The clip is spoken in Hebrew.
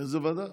איזו ועדה?